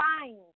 find